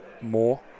more